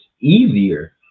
easier